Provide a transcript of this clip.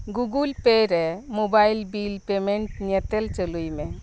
Google Pay ᱨᱮ mobile bill payment ᱧᱮᱛᱮᱞ ᱪᱟᱹᱞᱩᱭ ᱢᱮ